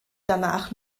danach